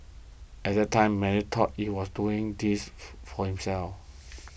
at that time many thought it was doing this for for himself